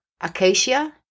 acacia